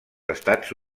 estats